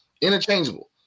interchangeable